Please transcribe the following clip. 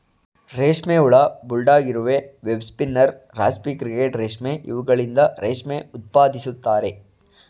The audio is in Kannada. ರೇಷ್ಮೆ ಹುಳ, ಬುಲ್ಡಾಗ್ ಇರುವೆ, ವೆಬ್ ಸ್ಪಿನ್ನರ್, ರಾಸ್ಪಿ ಕ್ರಿಕೆಟ್ ರೇಷ್ಮೆ ಇವುಗಳಿಂದ ರೇಷ್ಮೆ ಉತ್ಪಾದಿಸುತ್ತಾರೆ